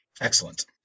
Excellent